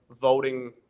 voting